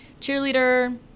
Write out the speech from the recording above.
cheerleader